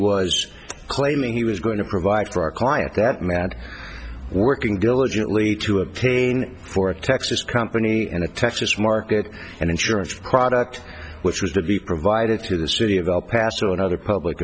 was claiming he was going to provide for our client that madd working diligently to obtain for a texas company and a texas market and insurance product which was to be provided to the city of el paso and other public